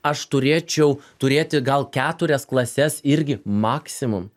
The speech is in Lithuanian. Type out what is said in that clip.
aš turėčiau turėti gal keturias klases irgi maksimum